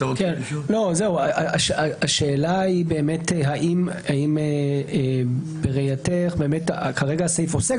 השאלה האם בראייתך כרגע הסעיף עוסק